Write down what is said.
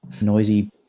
noisy